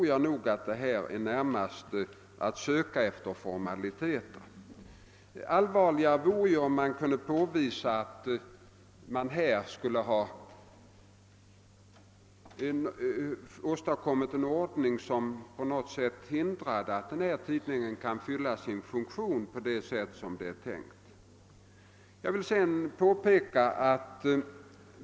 Jag tror att vi här rör oss mest med formaliteter. Det skulle vara allvarligare om man kunde påvisa att vi här hade åstadkommit en ordning som på något sätt hindrade denna publikation att fylla sin funktion på det sätt som är tänkt.